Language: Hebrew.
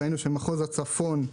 ראינו שמחוז הצפון,